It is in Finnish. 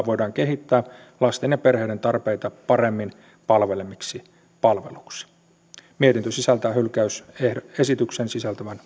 voidaan kehittää lasten ja perheiden tarpeita paremmin palveleviksi palveluiksi mietintö sisältää hylkäysesityksen sisältävän